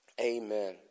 Amen